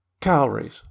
calories